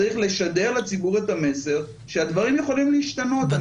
צריך לשדר לציבור את המסר שהדברים יכולים להשתנות,